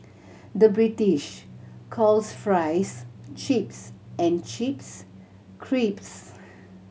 the British calls fries chips and chips crisps